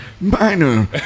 minor